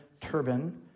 turban